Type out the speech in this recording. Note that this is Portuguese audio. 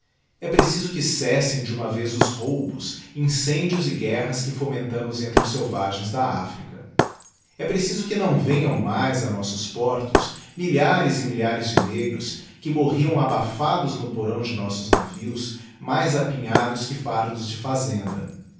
e preciso que cessem de uma vez os roubos incêndios e guerras que fomentamos entre os selvagens da africa e preciso que não venham mais a nossos portos milhares e milhares de negros que morriam abafados no porão de nossos navios mais apinhados que fardos de fazenda